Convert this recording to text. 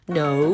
no